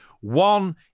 One